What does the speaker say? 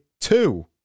two